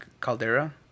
caldera